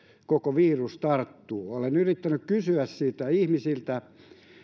koko virus tarttuu olen yrittänyt kysyä siitä ihmisiltä